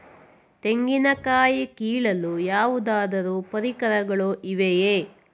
ತೆಂಗಿನ ಕಾಯಿ ಕೀಳಲು ಯಾವುದಾದರು ಪರಿಕರಗಳು ಇವೆಯೇ?